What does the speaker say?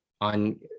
on